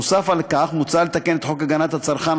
נוסף על כך מוצע לתקן את חוק הגנת הצרכן,